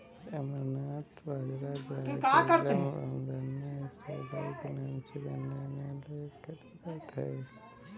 अमरनाथ बाजरा, राजगीरा, रामदाना या चौलाई के नाम से जाना जाने वाला एक खाद्य पदार्थ है